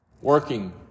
working